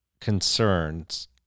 concerns